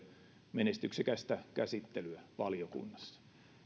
menestyksekästä käsittelyä valiokunnassa